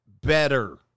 better